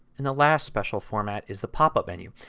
and the last special format is the pop-up menu.